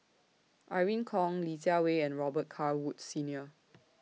Irene Khong Li Jiawei and Robet Carr Woods Senior